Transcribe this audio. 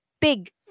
big